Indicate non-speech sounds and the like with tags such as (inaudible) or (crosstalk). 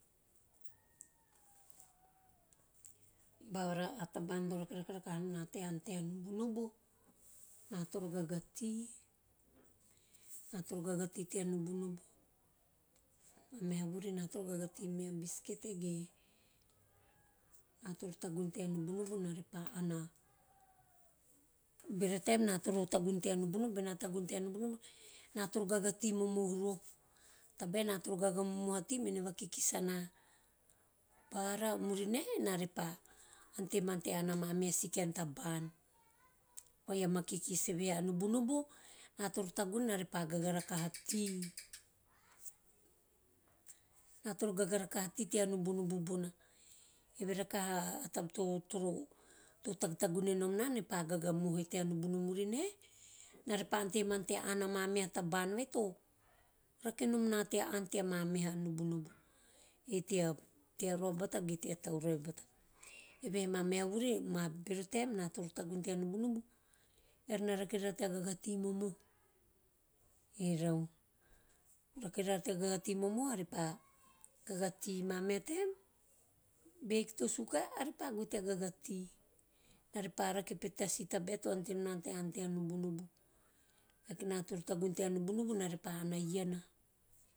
Bara a taba`an to rakerake rakaha nom na tea ann tea nubunubu, ena toro gaga tea- tea ena toro gag tea, tea nubunubu, mameha vuri ena toro gaga tea mea bisket ge, ena toro tagune tea bubunubu, bevo taemm bena tagune tea nubunubu- beno tagune tea nubunubu ena toro gaga tea momohu roho, tabae ena toro gaga momohu a tea mene vakikis ana murine eve re pa ante mana tea ann a memaha si kaen taba`an vai ama kikis evehe a nubunubu ena toro tagune ena re pa paga rakaha tea, ena toro gaga rakaha tea nubunubu bona, eve rakaha taba to- to toro to tatagune nom na ena repa gaga momehu e tea nubunubu murine ena re pa ante mana tea ann ama meha kaen taba`an vai to rakenom na tea ann tea mameha nubunubu ge tea roava bata ge tea tauravi bata evehe mameha vuri bero taem ena toro tagume tea nubunubu eara na rake nara tea gaga tea momohu orau. (hesitation) eara na rake nana tea gaga tea momohu. Mameha taem be hiki to suka, eara pa goe to gaga tea. Eara pa rake petet ta si tabae to ante nom na tea ann a iana a ta kaukau en a re pa ann me bona iana.